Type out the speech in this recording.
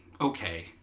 okay